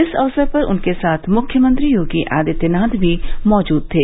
इस अवसर पर उनके साथ मुख्यमंत्री योगी आदित्यनाथ भी मौजूद थे